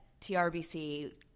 TRBC